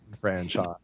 franchise